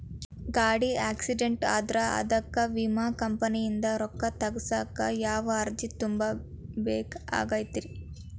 ಗಾಡಿ ಆಕ್ಸಿಡೆಂಟ್ ಆದ್ರ ಅದಕ ವಿಮಾ ಕಂಪನಿಯಿಂದ್ ರೊಕ್ಕಾ ತಗಸಾಕ್ ಯಾವ ಅರ್ಜಿ ತುಂಬೇಕ ಆಗತೈತಿ?